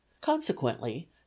consequently